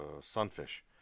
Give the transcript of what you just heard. sunfish